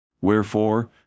wherefore